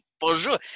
Bonjour